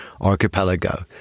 archipelago